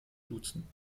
duzen